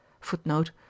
Footnote